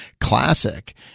classic